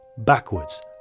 backwards